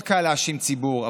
מאוד קל להאשים ציבור,